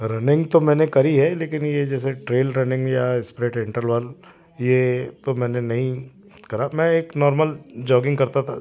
running तो मैंने करी है लेकिन ये जैसे ट्रेल रनिंग या स्प्रेट इंटरवल ये तो मैंने नहीं करा मैं एक नॉर्मल जोगिंग करता था